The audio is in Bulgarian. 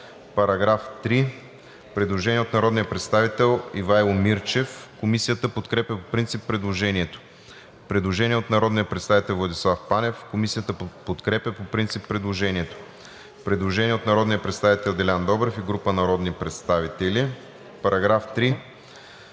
По § 3 има предложение от народния представител Ивайло Мирчев. Комисията подкрепя по принцип предложението. Предложение от народния представител Владислав Панев. Комисията подкрепя по принцип предложението. Предложение от народния представител Делян Добрев и група народни представители: „В § 3: